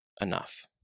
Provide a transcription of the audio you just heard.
enough